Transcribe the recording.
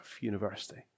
university